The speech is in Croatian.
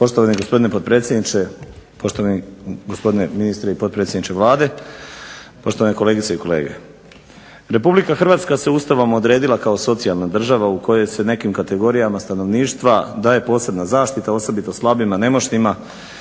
Poštovani gospodine potpredsjedniče, poštovani gospodine ministre i potpredsjedniče Vlade, poštovane kolegice i kolege. Republika Hrvatska se Ustavom odredila kao socijalna država u kojoj se nekim kategorijama stanovništva daje posebna zaštita osobito slabima, nemoćnima,